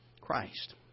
Christ